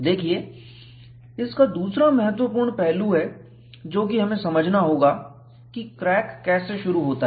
देखिए इसका दूसरा महत्वपूर्ण पहलू है जो कि हमें समझना होगा कि क्रैक कैसे शुरू होता है